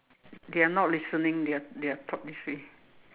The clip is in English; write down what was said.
they are not listening they are they are taught this way